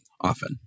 often